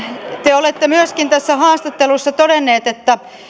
te olette myöskin tässä haastattelussa todennut